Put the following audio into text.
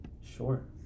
sure